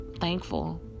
thankful